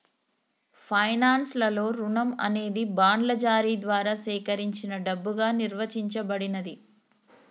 finance లలో రుణం అనేది బాండ్ల జారీ ద్వారా సేకరించిన డబ్బుగా నిర్వచించబడినాది